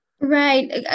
Right